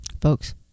folks